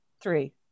three